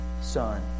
son